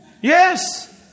Yes